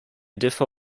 differ